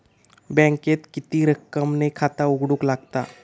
बँकेत किती रक्कम ने खाता उघडूक लागता?